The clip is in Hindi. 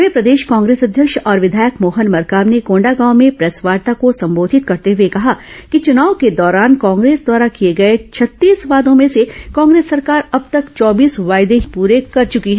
वहीं प्रदेश कांग्रेस अध्यक्ष और विधायक मोहन मरकाम ने कोंडागांव में प्रेसवार्ता को संबोधित करते हुए कहा कि चुनाव के दौरान कांग्रेस द्वारा किए गए छत्तीस वादों में से कांग्रेस सरकार अब तक चौबीस वादे पूरे कर चुकी हैं